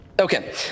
Okay